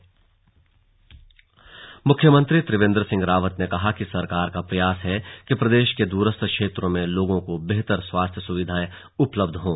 slug CM लोकार्पण मुख्यमंत्री त्रिवेन्द्र सिंह रावत ने कहा कि सरकार का प्रयास है कि प्रदेश के दूरस्थ क्षेत्रों में लोगों को बेहतर स्वास्थ्य सुविधाएं उपलब्ध हों